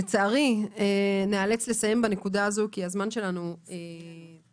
לצערי ניאלץ לסיים בנקודה הזאת, כי הזמן שלנו תם